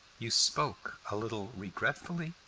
you spoke a little regretfully,